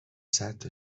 صدتا